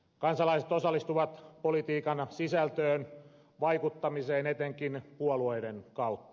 kansalaiset osallistuvat politiikan sisältöön vaikuttamiseen etenkin puolueiden kautta